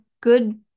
good